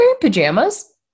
pajamas